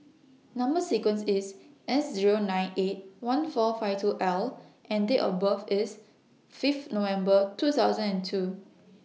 Number sequence IS S Zero nine eight one four five two L and Date of birth IS Fifth November two thousand and two